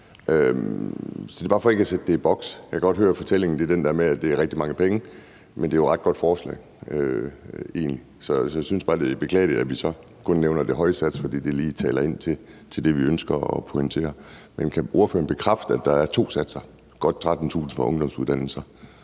Det er bare for ikke at sætte det i en boks. Jeg kan godt høre, at fortællingen er den der med, at det er rigtig mange penge. Men det er jo egentlig et ret godt forslag, så jeg synes bare, at det er beklageligt, at vi så kun nævner den høje sats, fordi det lige taler ind i det, vi ønsker at pointere. Man kan ordføreren bekræfte, at der er to satser, altså en på godt 13.000 kr.